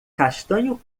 castanho